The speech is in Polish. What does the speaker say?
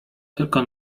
tylko